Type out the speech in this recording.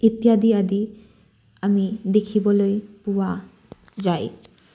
ইত্যাদি আদি আমি দেখিবলৈ পোৱা যায়